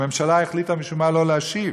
הממשלה החליטה משום מה לא להשיב.